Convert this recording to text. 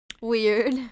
Weird